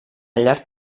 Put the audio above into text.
llarg